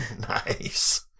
Nice